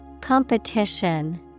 Competition